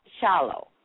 shallow